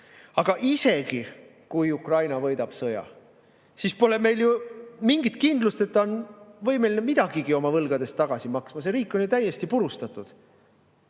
Aga isegi kui Ukraina võidab sõja, siis pole meil ju mingit kindlust, et ta on võimeline midagigi oma võlgadest tagasi maksma. See riik on ju täiesti purustatud,